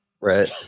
Right